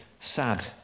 sad